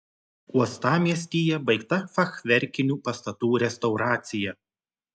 uostamiestyje baigta fachverkinių pastatų restauracija